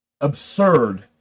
absurd